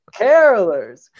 carolers